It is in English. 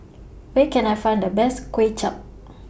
Where Can I Find The Best Kway Chap